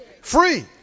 free